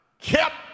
kept